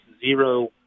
zero